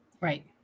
Right